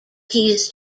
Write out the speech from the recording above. he’s